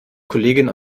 kolleginnen